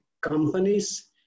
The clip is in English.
companies